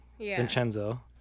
Vincenzo